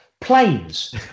Planes